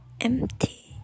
empty